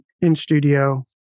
in-studio